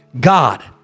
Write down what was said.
God